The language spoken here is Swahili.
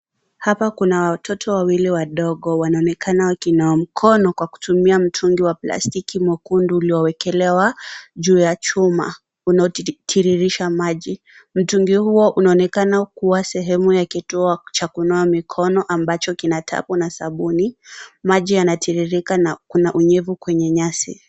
Hapa kuna watoto wawili wadogo wanaonekana wakinawa mikono kwa kutumia mitungi ya plastiki mwekundu uliowekelewa juu ya chuma unaotiririsha maji. Mtungi huo unaonekana kuwa sehemu ya kituo cha kunawa mikono ambacho kina tapu na sabuni , maji yanatiririka na kuna unyevu kwenye nyasi.